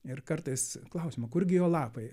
ir kartais klausiama kurgi jo lapai